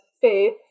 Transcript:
faith